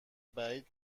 بعید